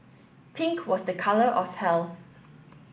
pink was a colour of health